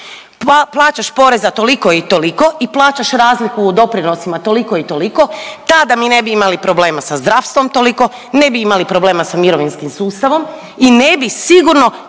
plaćaš poreza toliko i toliko i plaćaš razliku u doprinosima toliko i toliko. Tada mi ne bi imali problema sa zdravstvom toliko, ne bi imali problema sa mirovinskim sustavom i ne bi sigurno